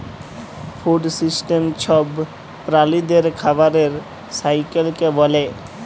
food system ছব প্রালিদের খাবারের সাইকেলকে ব্যলে